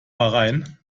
bahrain